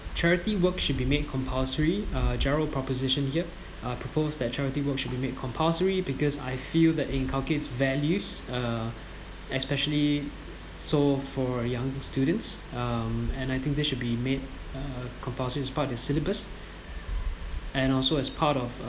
charity work should be made compulsory uh gerald proposition here uh propose that charity work should be made compulsory because I feel that inculcates values uh especially so for young students um and I think they should be made uh compulsory as part its syllabus and also as part of